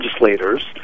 legislators